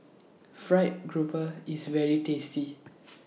Fried Grouper IS very tasty